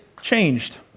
changed